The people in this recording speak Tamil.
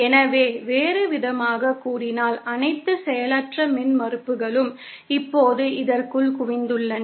எனவே வேறுவிதமாகக் கூறினால் அனைத்து செயலற்ற மின்மறுப்புகளும் இப்போது இதற்குள் குவிந்துள்ளன